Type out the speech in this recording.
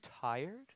tired